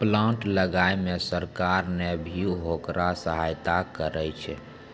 plant लगाय मॅ सरकार नॅ भी होकरा सहायता करनॅ छै